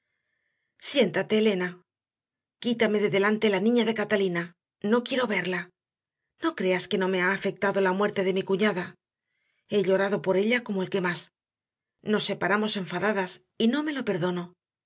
siéntate elena quítame de delante la niña de catalina no quiero verla no creas que no me ha afectado la muerte de mi cuñada he llorado por ella como el que más nos separamos enfadadas y no me lo perdono